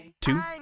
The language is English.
two